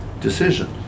decision